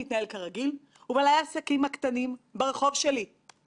ודאי אם מנסים לעשות את מה שהיה יותר מסובך במסגרת ועדת החקירה,